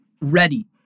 ready